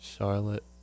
Charlotte